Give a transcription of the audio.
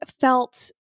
felt